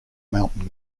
mountain